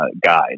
guide